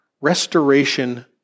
restoration